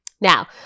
Now